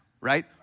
right